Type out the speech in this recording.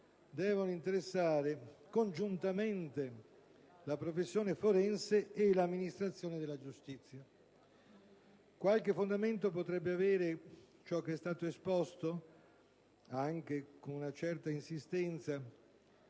devono interessare congiuntamente la professione forense e l'amministrazione della giustizia. Qualche fondamento potrebbe avere ciò che è stato esposto, anche con una certa insistenza,